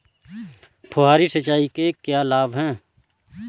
फुहारी सिंचाई के क्या लाभ हैं?